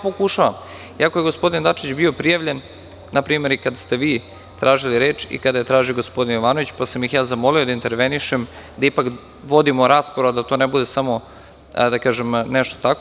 Pokušavam, iako je gospodin Dačić bio prijavljen, na primer i kad ste vi tražili reč i kada je tražio gospodin Jovanović, pa sam ih zamolio da intervenišem da ipak vodimo raspravu, a da to ne bude samo, hajde da kažem nešto tako.